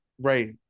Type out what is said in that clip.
Right